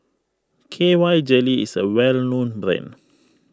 K Y Jelly is a well known brand